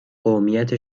قومیت